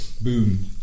Boom